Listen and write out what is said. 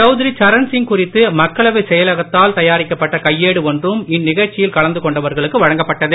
சௌத்திரிசரண்சிங்குறித்துமக்களவைத்செயலகத்தால்தயாரிக்கப்பட்டகை யேடுஒன்றும் இந்நிகழ்ச்சியில்கலந்துகொண்டவர்களுக்குவழங்கப்பட்டது